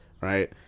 right